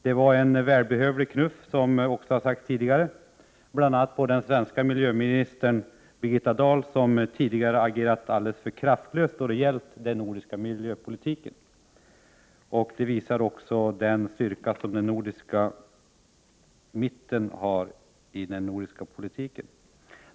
Det var en välbehövlig knuff på, som sagts tidigare, bl.a. den svenska miljöministern Birgitta Dahl, som tidigare agerat alldeles för kraftlöst när det gällt den nordiska miljöpolitiken. Det visar också den styrka som mitten har i den nordiska politiken.